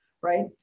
right